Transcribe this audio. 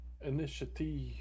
Initiative